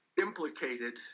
implicated